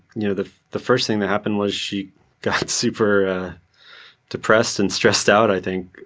you know the the first thing that happened was she got super depressed and stressed out i think,